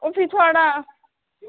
उत्थै थुआढ़ा